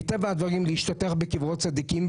מטבע הדברים להשתטח בברות צדיקים,